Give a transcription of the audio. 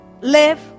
live